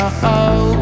-oh